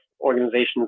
organizations